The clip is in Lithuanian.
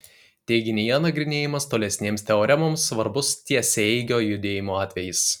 teiginyje nagrinėjamas tolesnėms teoremoms svarbus tiesiaeigio judėjimo atvejis